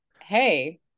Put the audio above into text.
hey